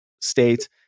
state